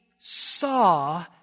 saw